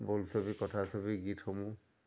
বোলছবি কথাছবিৰ গীতসমূহ